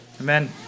Amen